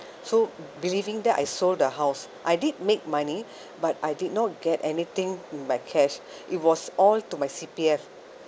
so believing that I sold the house I did make money but I did not get anything by cash it was all to my C_P_F